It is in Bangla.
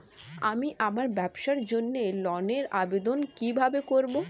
আমি আমার ব্যবসার জন্য ঋণ এর আবেদন কিভাবে করব?